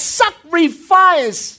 sacrifice